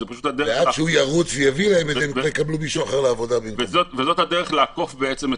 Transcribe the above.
וזאת בעצם הדרך לעקוף את החוק.